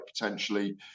potentially